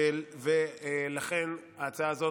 לכן ההצעה הזאת,